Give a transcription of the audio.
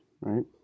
right